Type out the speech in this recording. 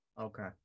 Okay